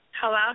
Hello